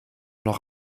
noch